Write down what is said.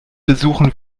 besuchen